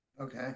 Okay